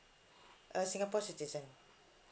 uh singapore citizen